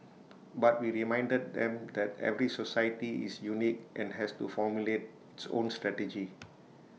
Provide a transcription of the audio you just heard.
but we reminded them that every society is unique and has to formulate its own strategy